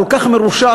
כל כך מרושע,